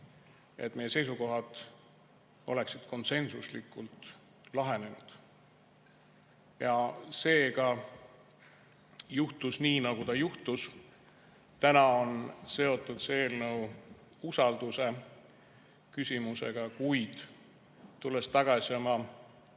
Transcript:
et meie seisukohad oleksid konsensuslikult lahenenud. Seega juhtus nii, nagu juhtus. Täna on seotud see eelnõu usalduse küsimusega. Kuid tulles tagasi oma